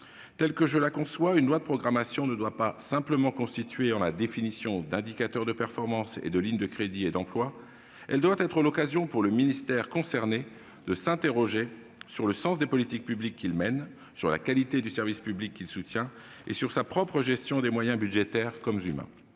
Telle que je la conçois, une loi de programmation ne doit pas simplement consister en la définition d'indicateurs de performance et de lignes de crédits et d'emplois. Elle doit être l'occasion, pour le ministère concerné, de s'interroger sur le sens des politiques publiques qu'il mène, sur la qualité du service public qu'il soutient et sur sa propre gestion des moyens, budgétaires comme humains.